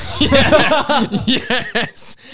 yes